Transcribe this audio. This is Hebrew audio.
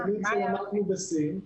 נתונים שלמדנו מסין,